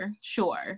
Sure